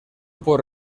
por